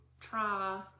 try